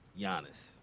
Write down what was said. Giannis